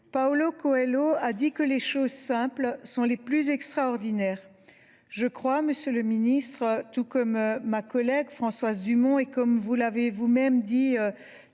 Paolo Coelho a écrit que les choses simples sont les plus extraordinaires. Je crois, monsieur le ministre, tout comme ma collègue Françoise Dumont – et comme vous l’avez vous même dit